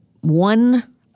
One